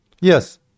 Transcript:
Yes